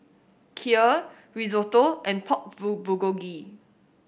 Kheer Risotto and Pork Bul Bulgogi